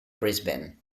brisbane